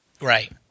Right